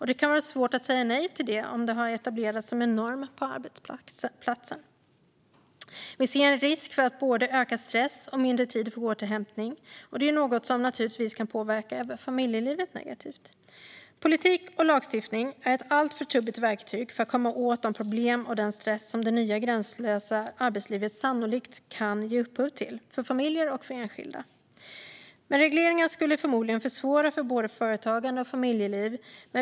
Detta kan vara svårt att säga nej till om det har etablerats som norm på arbetsplatsen. Vi ser en risk för både ökad stress och mindre tid för återhämtning, något som naturligtvis kan påverka även familjelivet negativt. Politik och lagstiftning är ett alltför trubbigt verktyg för att komma åt de problem och den stress som det nya gränslösa arbetslivet sannolikt kan ge upphov till för familjer och enskilda. Men regleringar skulle förmodligen försvåra för både företagande och familjeliv.